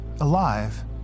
alive